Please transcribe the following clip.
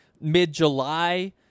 mid-July